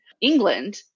England